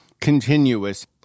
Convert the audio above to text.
continuous